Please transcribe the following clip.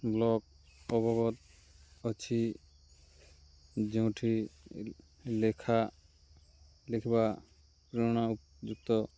block ଅବଗତ ଅଛି ଯେଉଁଠି ଲେଖା ଲେଖିବା ପ୍ରେରଣାଯୁକ୍ତ